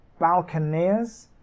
Balconiers